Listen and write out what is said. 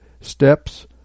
steps